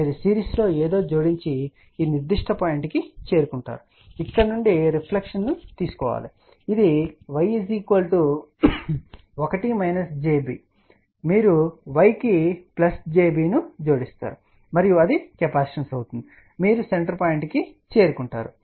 మీరు సిరీస్లో ఏదో జోడించి ఈనిర్దిష్ట పాయింట్ కు చేరుకుంటారు ఇక్కడ నుండి రిఫ్లెక్షన్ ను తీసుకోండి మరియు ఇది y 1 jb మీరు y కు jb ని జోడిస్తారు మరియు అది కెపాసిటెన్స్ అవుతుంది మీరు సెంటర్ పాయింట్ కు చేరుకుంటారు